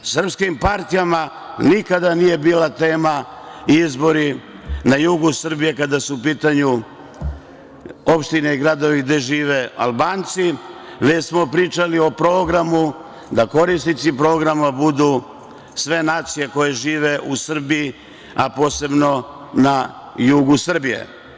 Srpskim partijama nikada nije bila tema izbori na jugu Srbije, kada su u pitanju opštine i gradovi gde žive Albanci, već smo pričali o programu, da korisnici programa budu sve nacije koje žive u Srbiji, a posebno na jugu Srbije.